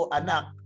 anak